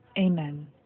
Amen